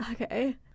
okay